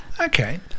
Okay